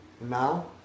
Now